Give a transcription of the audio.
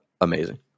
amazing